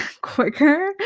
quicker